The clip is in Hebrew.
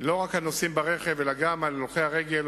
לא רק הנוסעים ברכב, אלא גם הולכי רגל.